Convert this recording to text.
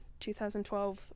2012